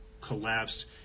collapsed